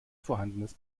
vorhandenes